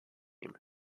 name